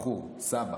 סבא,